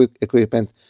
equipment